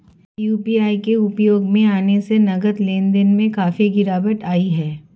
UPI के उपयोग में आने से नगद लेन देन में काफी गिरावट आई हैं